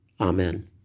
Amen